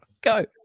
Go